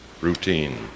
Routine